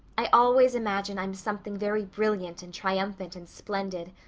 i always imagine i'm something very brilliant and triumphant and splendid.